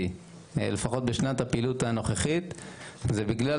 סירבתי לפחות בשנת הפעילות הנוכחית, זה בגלל